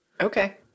Okay